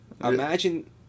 Imagine